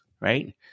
Right